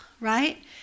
right